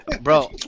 bro